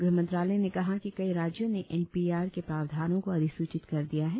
गृहमंत्रालय ने कहा कि कई राज्यों ने एन पी आर के प्रावधानो को अधिसूचित कर दिया है